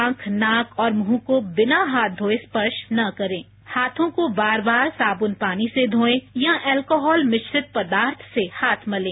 आंख नाक और मृह को बिना हाथ धोये स्पर्श न करें हाथों को बार बार साबुन और पानी से धोए या अल्कोहल मिश्रित पदार्थ से हाथ मलें